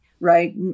right